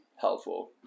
helpful